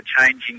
changing